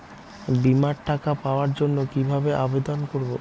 বিমার টাকা পাওয়ার জন্য কিভাবে আবেদন করব?